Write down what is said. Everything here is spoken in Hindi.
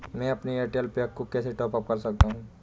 मैं अपने एयरटेल पैक को कैसे टॉप अप कर सकता हूँ?